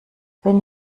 wenn